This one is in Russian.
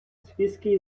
списке